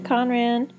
Conran